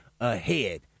ahead